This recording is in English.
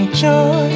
joy